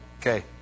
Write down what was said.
Okay